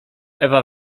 ewa